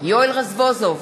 יואל רזבוזוב,